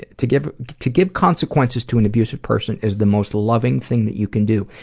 ah to give to give consequences to an abusive person is the most loving thing that you can do.